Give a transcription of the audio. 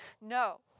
No